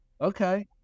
Okay